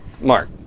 Mark